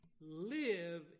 live